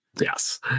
Yes